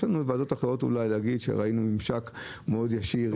ראינו ממשק ישיר,